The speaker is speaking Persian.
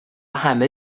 همه